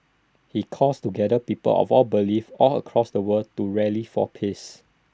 he calls together people of all beliefs all across the world to rally for peace